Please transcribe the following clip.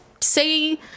say